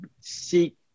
seek